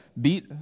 beat